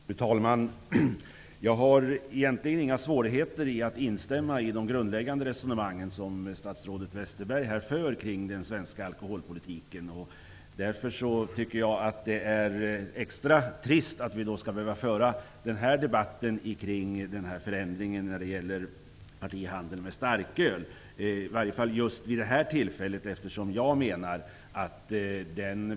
Fru talman! Jag har egentligen inga svårigheter att instämma i de huvudsakliga resonemang som statsrådet Westerberg för kring den svenska alkoholpolitiken. Därför är det extra trist att debatten kring förändringen när det gäller partihandel med starköl skall föras just nu.